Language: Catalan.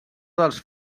dels